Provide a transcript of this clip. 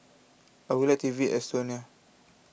I would like to V Estonia